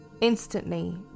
Instantly